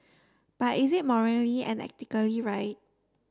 but is it morally and ethically right